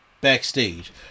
backstage